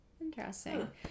interesting